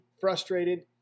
frustrated